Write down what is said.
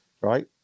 right